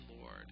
Lord